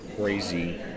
crazy